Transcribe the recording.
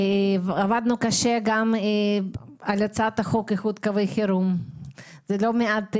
עבדנו קשה גם על הצעת חוק איחוד קווי חירום בלא מעט דיונים.